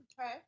Okay